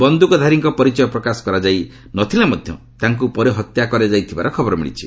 ବନ୍ଧୁକଧାରୀଙ୍କ ପରିଚୟ ପ୍ରକାଶ କରାଯାଇ ନ ଥିଲେ ମଧ୍ୟ ତାକ୍ର ପରେ ହତ୍ୟା କରାଯାଇଥିବାର ଖବର ମିଳିଛି